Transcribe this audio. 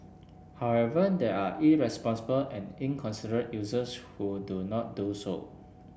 however there are irresponsible and inconsiderate users who do not do so